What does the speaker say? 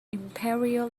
imperial